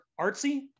artsy